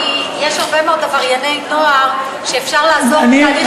כי יש הרבה מאוד עברייני נוער שאפשר לעזור בתהליך,